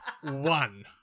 one